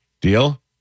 Deal